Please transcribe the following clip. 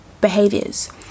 behaviors